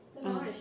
ah